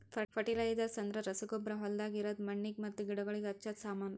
fertilisers ಅಂದ್ರ ರಸಗೊಬ್ಬರ ಹೊಲ್ದಾಗ ಇರದ್ ಮಣ್ಣಿಗ್ ಮತ್ತ ಗಿಡಗೋಳಿಗ್ ಹಚ್ಚದ ಸಾಮಾನು